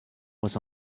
was